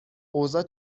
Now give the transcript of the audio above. اوضاع